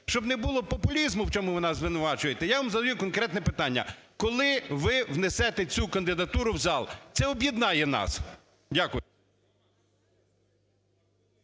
Щоб не було популізму, в чому ви нас звинувачуєте, я вам задаю конкретне питання: коли ви внесете цю кандидатуру в зал? Це об'єднає нас. Дякую.